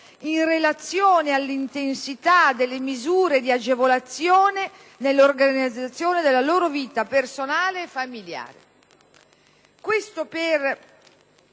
in relazione all'intensità delle misure di agevolazione nell'organizzazione della loro vita personale e familiare.